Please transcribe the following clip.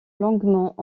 longuement